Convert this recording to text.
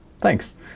Thanks